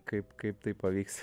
kaip kaip tai pavyks